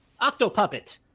Octopuppet